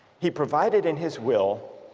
he provided in his will